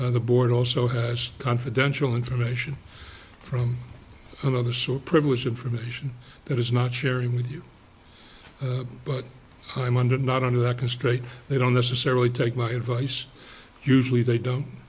me the board also has confidential information from another source privileged information that is not sharing with you but i'm under not under that constraint they don't necessarily take my advice usually they don't